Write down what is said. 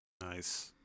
Nice